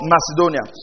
Macedonia